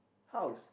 house